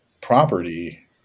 property